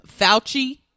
Fauci